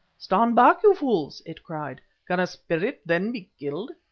stand back, you fools! it cried can a spirit then be killed?